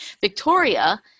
Victoria